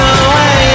away